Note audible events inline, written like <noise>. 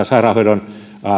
<unintelligible> sairaanhoidon